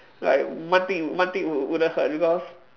like one thing one thing would wouldn't hurt because